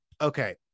okay